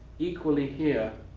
equally here,